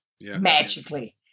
magically